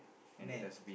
net